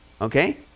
Okay